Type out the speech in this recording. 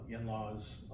in-laws